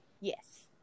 Yes